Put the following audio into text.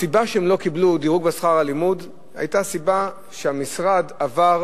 הסיבה לכך שהם לא קיבלו דירוג בשכר הלימוד היתה שהמשרד העביר